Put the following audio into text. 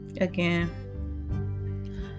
again